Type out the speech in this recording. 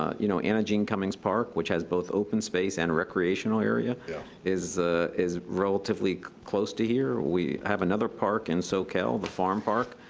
you know, anna jean cummings park, which has both open space and recreational areas yeah is ah is relatively close to here. we have another park in soquel, the the farm park,